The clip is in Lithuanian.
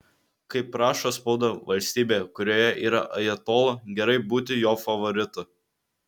kaip rašo spauda valstybėje kurioje yra ajatola gerai būti jo favoritu